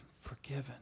forgiven